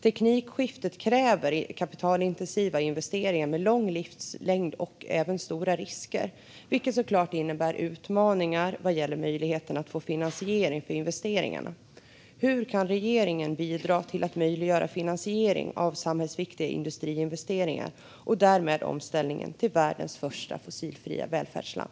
Teknikskiftet kräver kapitalintensiva investeringar med lång livslängd och även stora risker, vilket såklart innebär utmaningar vad gäller möjligheterna att få finansiering för investeringarna. Hur kan regeringen bidra till att möjliggöra finansiering av samhällsviktiga industriinvesteringar och därmed omställningen till världens första fossilfria välfärdsland?